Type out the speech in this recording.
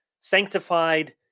sanctified